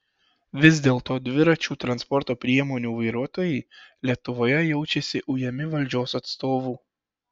vis dėlto dviračių transporto priemonių vairuotojai lietuvoje jaučiasi ujami valdžios atstovų